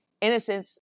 innocence